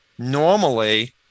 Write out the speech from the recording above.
Normally